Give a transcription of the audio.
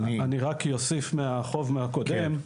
אני רק אוסיף מהחוב הקודם,